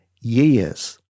years